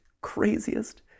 craziest